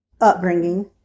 upbringing